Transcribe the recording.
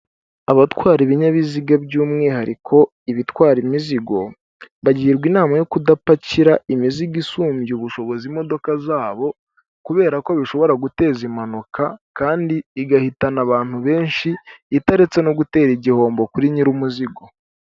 Abatwara ibinyabiziga by'umwihariko ibitwara imizigo bagirwa inama yo kudapakira imizigo isumbya ubushobozi imodoka zabo kubera ko bishobora guteza impanuka kandi igahitana abantu benshi itaretse no gutera igihombo kuri nyir'umuzigo.